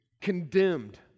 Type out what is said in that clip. Condemned